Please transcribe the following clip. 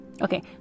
Okay